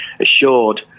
assured